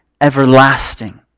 everlasting